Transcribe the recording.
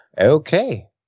Okay